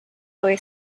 boy